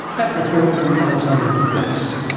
that report from alexandra de blas.